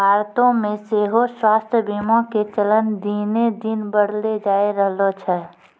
भारतो मे सेहो स्वास्थ्य बीमा के चलन दिने दिन बढ़ले जाय रहलो छै